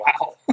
wow